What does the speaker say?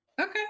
Okay